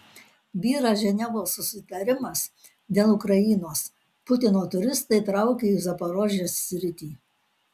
byra ženevos susitarimas dėl ukrainos putino turistai traukia į zaporožės sritį